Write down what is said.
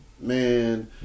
man